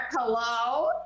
hello